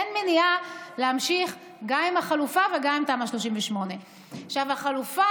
אין מניעה להמשיך גם עם החלופה וגם עם תמ"א 38. החלופה